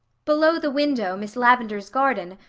below the window miss lavendar's garden,